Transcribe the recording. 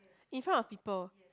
in front of people